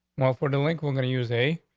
ah for the link we're gonna use a,